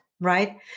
right